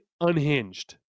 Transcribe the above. unhinged